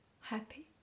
happy